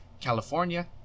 California